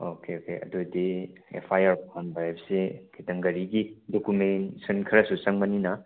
okay okay ꯑꯗꯨ ꯑꯣꯏꯗꯤ F I R ꯄꯥꯟꯕ ꯍꯥꯏꯕꯁꯤ ꯈꯤꯇꯪ ꯒꯥꯔꯤꯒꯤ ꯗꯣꯀꯨꯃꯦꯟꯁꯟ ꯈꯔꯁꯨ ꯆꯪꯕꯅꯤꯅ